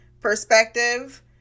perspective